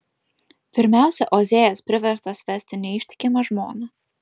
pirmiausia ozėjas priverstas vesti neištikimą žmoną